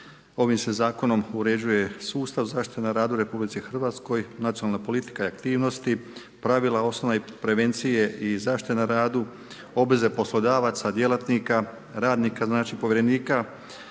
Ovim se zakonom uređuje sustav zaštite na radu u Republici Hrvatskoj, nacionalna politika i aktivnosti, pravila osnovne prevencije i zaštite na radu, obveze poslodavaca, djelatnika, radnika znači, povjerenika